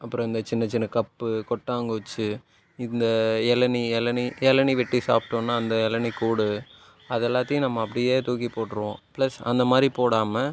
அப்புறம் இந்த சின்ன சின்ன கப் கொட்டாங்குச்சி இந்த இளநி இளநி இளநிர் வெட்டி சாப்பிட்டோம்னா அந்த இளநிர் கூடு அதை எல்லாத்தையும் நம்ம அப்படியே தூக்கி போட்டிருவோம் ப்ளஸ் அந்த மாதிரி போடாமல்